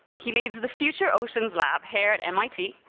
he leads the future oceans lab here at mit,